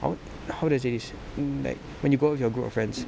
how how do I say this mm like when you go out with your group of friends